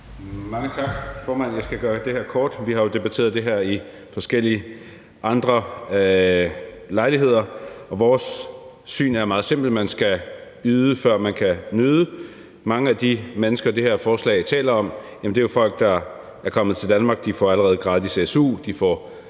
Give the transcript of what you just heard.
Mange tak, formand. Jeg skal gøre det her kort. Vi har jo debatteret det her ved forskellige andre lejligheder, og vores syn på det er meget simpelt: Man skal yde, før man kan nyde. Mange af de mennesker, som det her forslag taler om, er jo folk, der er kommet til Danmark, og de får allerede gratis su,